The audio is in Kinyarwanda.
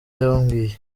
yabwiye